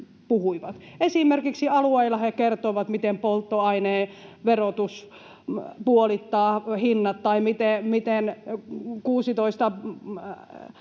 Esimerkiksi alueilla he kertoivat, miten polttoaineen veromuutos puolittaa hinnat tai miten